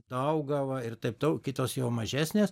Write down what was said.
daugava ir taip tau kitos jau mažesnės